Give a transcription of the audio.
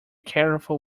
careful